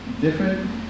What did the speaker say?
Different